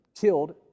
killed